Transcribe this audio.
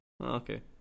okay